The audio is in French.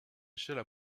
échelle